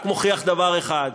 רק מוכיח דבר אחד,